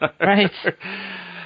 Right